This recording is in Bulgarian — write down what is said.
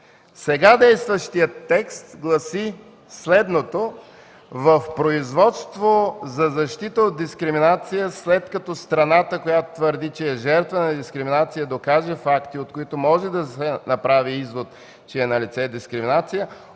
Сега действащият текст гласи следното: